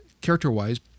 character-wise